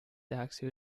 tehakse